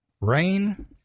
rain